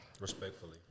Respectfully